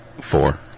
Four